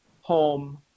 home